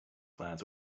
glance